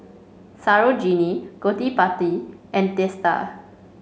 Sarojini Gottipati and Teesta